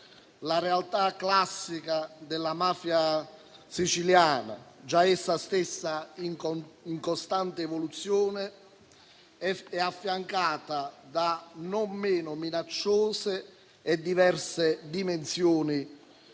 La realtà classica della mafia siciliana, già essa stessa in costante evoluzione, è affiancata da non meno minacciose e diverse dimensioni